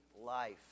life